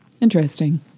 interesting